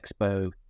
expo